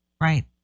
right